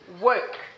work